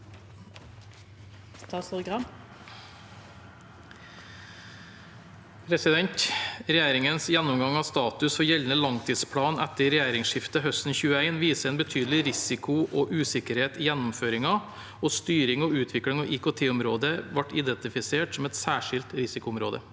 Regjeringens gjennomgang av status for gjeldende langtidsplan etter regjeringsskiftet høsten 2021 viser en betydelig risiko og usikkerhet i gjennomføringen, og styring og utvikling av IKT-området ble identifisert som et særskilt risikoområde.